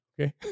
okay